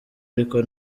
ariko